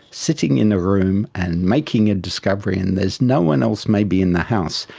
sitting in a room and making a discovery and there's no one else maybe in the house,